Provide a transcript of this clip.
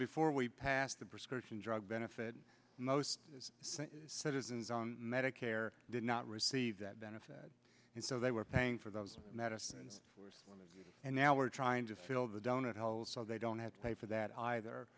before we passed the prescription drug benefit most citizens on medicare did not receive that benefit and so they were paying for those medicines and now we're trying to fill the donut hole so they don't have to pay for that either